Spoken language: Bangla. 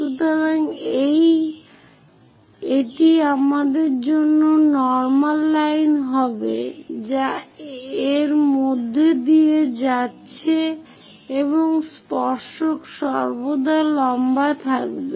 সুতরাং এটি আমাদের জন্য নর্মাল লাইন হবে যা এর মধ্য দিয়ে যাচ্ছে এবং স্পর্শক সর্বদা লম্বা থাকবে